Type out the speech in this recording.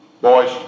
Boys